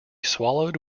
swallowed